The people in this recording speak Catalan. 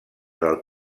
del